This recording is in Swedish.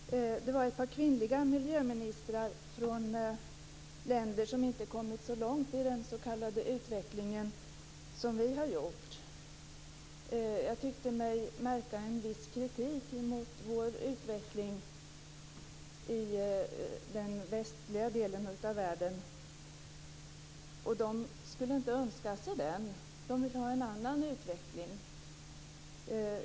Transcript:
Fru talman! Miljöministern! Det var väldigt intressant att få en sådan direktinformation om mötet. Den information som vi tidigare har kunnat ta del av har vi fått via TV. Det var ett par kvinnliga miljöministrar från länder som inte har kommit så långt i den s.k. utvecklingen som vi har gjort. Jag tyckte mig märka en viss kritik mot vår utveckling i den västliga delen av världen. De önskar sig inte den. De vill ha en annan utveckling.